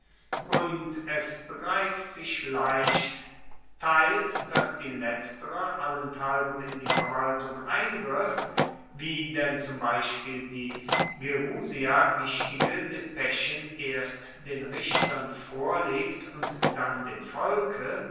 und es begreift sich leicht teils dass die letztere allenthalben in die verwaltung eingriff wie denn zum beispiel die gerusia wichtige depeschen erst den richtern vorlegt und dann dem volke